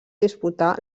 disputà